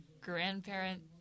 grandparent